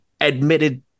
admitted